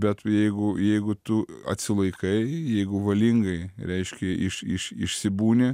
bet jeigu jeigu tu atsilaikai jeigu valingai reiškia iš iš išsibūni